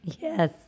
Yes